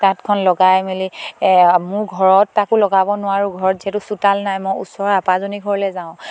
তাঁতখন লগাই মেলি মোৰ ঘৰত তাকো লগাব নোৱাৰোঁ ঘৰত যিহেতু চোতাল নাই মই ওচৰৰ আপাজনীৰ ঘৰলে যাওঁ